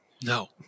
No